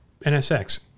NSX